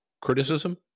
criticism